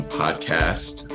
podcast